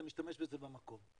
אתה משתמש בזה במקום.